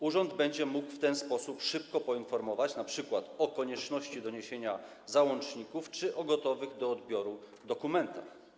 Urząd będzie mógł w ten sposób szybko poinformować np. o konieczności doniesienia załączników czy o gotowych do odbioru dokumentach.